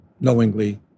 knowingly